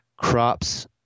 Crops